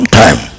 time